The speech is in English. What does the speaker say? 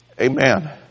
Amen